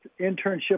internship